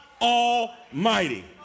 Almighty